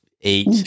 eight